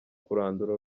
kurandura